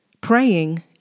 praying